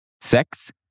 Sex